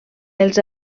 els